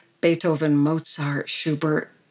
Beethoven-Mozart-Schubert